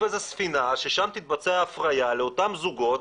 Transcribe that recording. איזה ספינה ששם תתבצע ההפריה לאותם זוגות,